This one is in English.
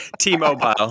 T-Mobile